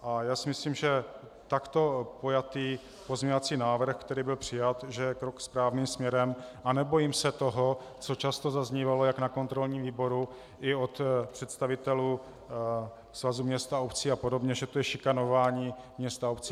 A já si myslím, že takto pojatý pozměňovací návrh, který byl přijat, je krok správným směrem, a nebojím se toho, co často zaznívalo jak na kontrolním výboru, i od představitelů svazu měst a obcí a podobě, že to je šikanování měst a obcí.